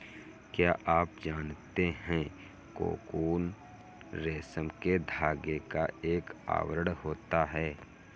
क्या आप जानते है कोकून रेशम के धागे का एक आवरण होता है?